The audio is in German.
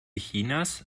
chinas